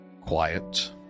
quiet